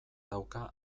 dauka